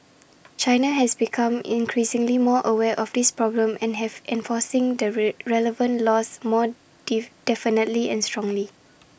China has become increasingly more aware of this problem and have been enforcing the red relevant laws more dee definitely and strongly